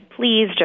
please